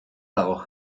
dago